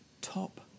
top